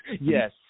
Yes